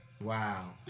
Wow